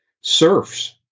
serfs